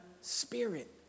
spirit